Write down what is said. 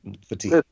fatigue